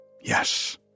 Yes